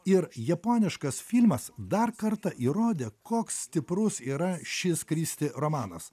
ir japoniškas filmas dar kartą įrodė koks stiprus yra šis kristi romanas